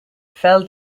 fell